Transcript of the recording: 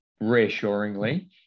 reassuringly